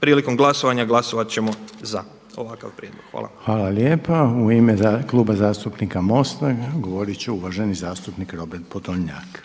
prilikom glasovanja glasovat ćemo za ovakav prijedlog. Hvala. **Reiner, Željko (HDZ)** Hvala. U ime zastupnika MOST-a govorit će uvaženi zastupnik Robert Podolnjak.